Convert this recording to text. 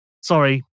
sorry